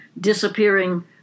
disappearing